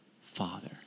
Father